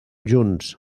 junts